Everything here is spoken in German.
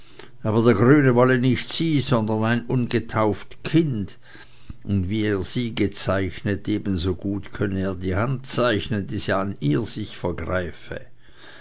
aber der grüne wolle nicht sie sondern ein ungetauft kind und wie er sie gezeichnet ebensogut könne er die hand zeichnen die an ihr sich vergreife